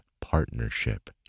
partnership